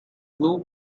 blue